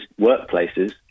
workplaces